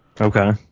okay